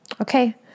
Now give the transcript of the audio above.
Okay